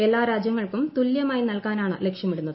എല്ലാ രാജ്യ ങ്ങൾക്കും തുല്യമായി നൽകാനാണ് ലക്ഷ്യമിടുന്നത്